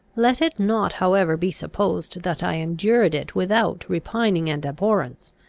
let it not however be supposed that i endured it without repining and abhorrence.